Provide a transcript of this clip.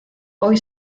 hoy